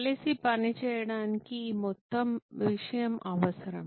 కలిసి పనిచేయడానికి ఈ మొత్తం విషయం అవసరం